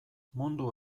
mundu